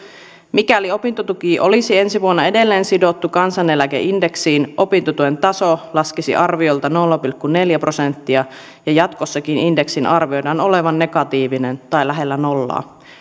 mikäli opintotuki olisi ensi vuonna edelleen sidottu kansaneläkeindeksiin opintotuen taso laskisi arviolta nolla pilkku neljä prosenttia ja jatkossakin indeksin arvioidaan olevan negatiivinen tai lähellä nollaa